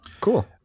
cool